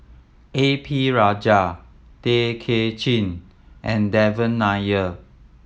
A P Rajah Tay Kay Chin and Devan Nair